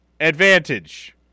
advantage